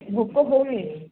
ଭୋକ ହଉନି